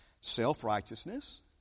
self-righteousness